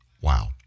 Wow